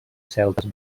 celtes